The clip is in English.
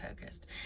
focused